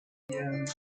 uno